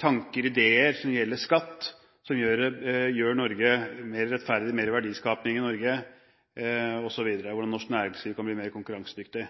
tanker og ideer som gjelder skatt, som gjør Norge mer rettferdig, og som gjør at det blir mer verdiskaping i Norge, og hvordan norsk næringsliv kan bli mer konkurransedyktig,